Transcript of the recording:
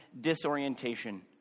disorientation